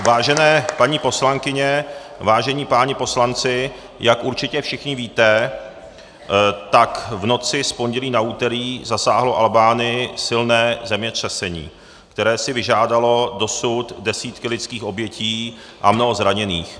Vážené paní poslankyně, vážení páni poslanci, jak určitě všichni víte, v noci z pondělí na úterý zasáhlo Albánii silné zemětřesení, které si vyžádalo dosud desítky lidských obětí a mnoho zraněných.